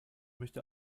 möchte